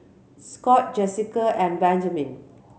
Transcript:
Scott Jessika and Benjamen